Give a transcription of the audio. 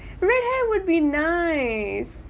red hair would be nice